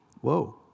whoa